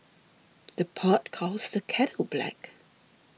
the pot calls the kettle black